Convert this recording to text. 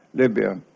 libya,